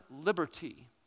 liberty